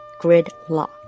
gridlock